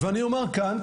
אני אומר כאן,